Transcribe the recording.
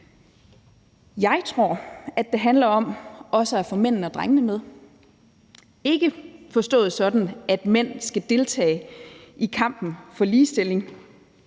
Jeg tror, at det handler om også at få mændene og drengene med. Det skal ikke forstås sådan, at mænd skal deltage i kampen for ligestilling.